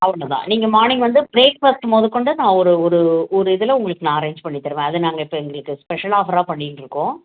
அவ்வளோ தான் நீங்கள் மார்னிங் வந்து ப்ரேக் ஃபாஸ்ட் முதோக் கொண்டு நான் ஒரு ஒரு ஒரு இதில் உங்களுக்கு நான் அரேஞ்ச் பண்ணித் தருவேன் அது நாங்கள் இப்போ எங்களுக்கு ஸ்பெஷல் ஆஃபராக பண்ணிக்கிட்டுருக்கோம்